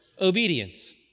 obedience